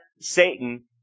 Satan